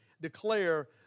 declare